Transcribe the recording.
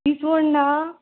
इस्वण ना